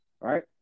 right